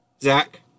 Zach